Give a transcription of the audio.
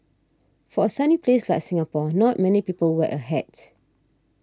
for a sunny place like Singapore not many people wear a hat